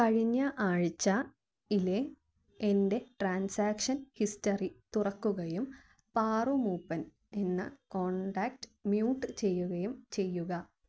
കഴിഞ്ഞ ആഴ്ചയിലെ എൻ്റെ ട്രാൻസാക്ഷൻ ഹിസ്റ്ററി തുറക്കുകയും പാറു മൂപ്പൻ എന്ന കോൺടാക്റ്റ് മ്യൂട്ട് ചെയ്യുകയും ചെയ്യുക